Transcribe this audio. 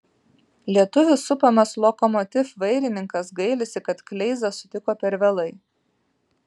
lietuvių supamas lokomotiv vairininkas gailisi kad kleizą sutiko per vėlai